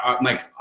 Mike